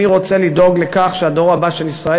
אני רוצה לדאוג לכך שהדור הבא של ישראל